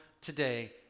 today